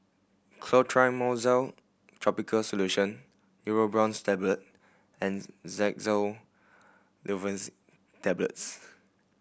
Clotrimozole Topical Solution Neurobion's Tablet and Xyzal Tablets